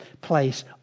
place